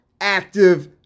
active